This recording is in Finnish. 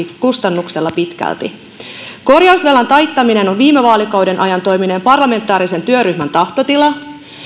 kustannuksella korjausvelan taittaminen on viime vaalikauden ajan toimineen parlamentaarisen työryhmän tahtotila